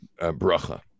bracha